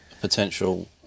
potential